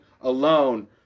alone